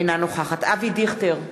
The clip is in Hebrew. אינה נוכחת אבי דיכטר,